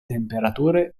temperature